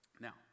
Now